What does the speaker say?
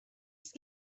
است